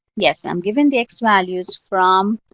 yes, i'm given the x-values from